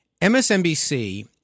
MSNBC